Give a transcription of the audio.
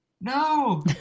No